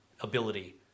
ability